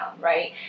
right